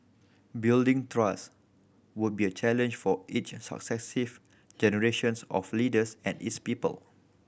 building trust would be a challenge for each successive generations of leaders and its people